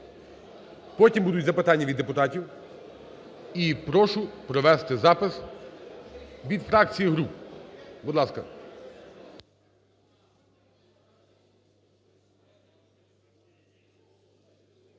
Потім будуть запитання від депутатів. І прошу провести запис від фракцій і груп. Будь ласка.